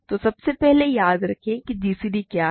तो सबसे पहले याद रखें कि gcd क्या है